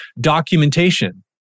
documentation